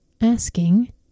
asking